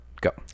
go